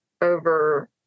over